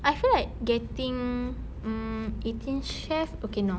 I feel like getting mm eighteen chef okay no